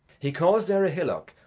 he caused there a hillock,